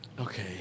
Okay